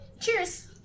Cheers